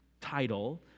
title